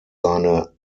seine